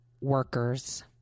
workers